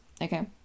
okay